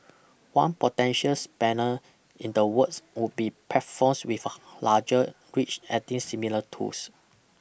one potential spanner in the works would be platforms with a larger reach adding similar tools